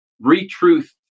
re-truth